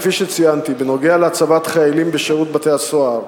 כפי שציינתי בנוגע להצבת חיילים בשירות בתי-הסוהר,